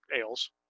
ales